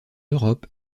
europe